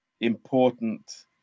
important